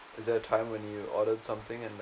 is there a time when you ordered something and